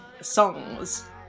songs